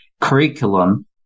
curriculum